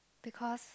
because